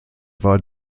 war